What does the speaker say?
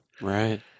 right